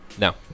No